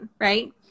right